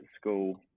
school